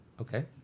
Okay